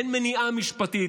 אין מניעה משפטית,